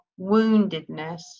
woundedness